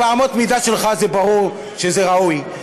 באמות המידה שלך ברור שזה ראוי.